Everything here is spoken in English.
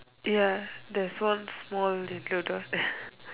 ya there's one small little down there